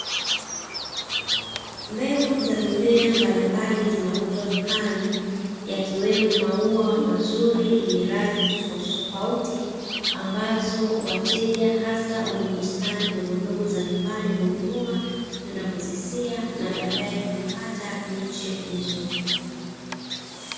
Mbegu za mimea mbalimbali zinauzwa dukani, yakiwemo maua mazuri yenye rangi tofautitofauti, ambazo wateja hasa wenye bustani ndogondogo za nyumbani hununua, kwenda kuzisia na baadaye kuipata miche mizuri.